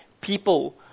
people